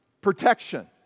protection